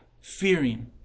fearing